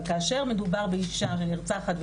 אבל כאשר מדובר באישה בנרצחת,